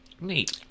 Neat